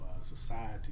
society